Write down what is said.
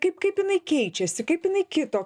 kaip kaip jinai keičiasi kaip jinai kito